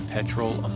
Petrol